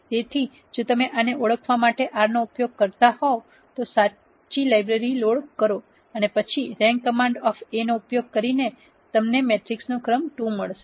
તેથી જો તમે આને ઓળખવા માટે R નો ઉપયોગ કરતા હોવ તો સાચી લાઇબ્રેરી લોડ કરો અને પછી રેન્ક કમાન્ડ ઓફ A નો ઉપયોગ કરો અને તમને મેટ્રિક્સનો ક્રમ 2 મળશે